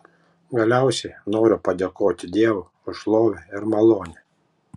galiausiai noriu padėkoti dievui už šlovę ir malonę